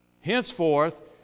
Henceforth